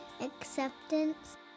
acceptance